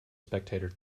spectator